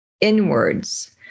inwards